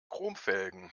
chromfelgen